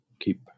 keep